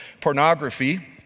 pornography